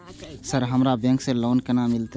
Sir हमरा bank से loan केना मिलते?